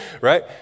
right